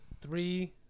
Three